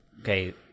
Okay